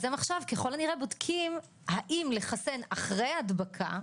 הם בודקים האם לחסן אחרי הדבקה,